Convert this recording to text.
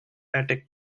attic